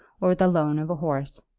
or the loan of a horse.